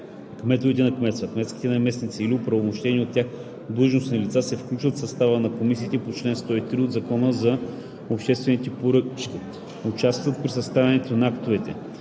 кметовете на кметства, кметските наместници или оправомощени от тях длъжностни лица се включват в съставите на комисиите по чл. 103 от Закона за обществените поръчки, участват при съставянето на актове